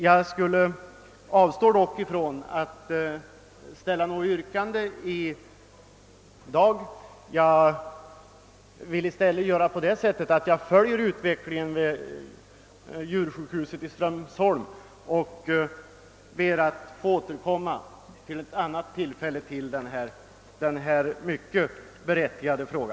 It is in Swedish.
Jag avstår emellertid från att framställa något yrkande i dag och vill i stället följa utvecklingen beträffande sjukhuset i Strömsholm. Jag ber att få återkomma vid annat tillfälle till denna mycket angelägna fråga.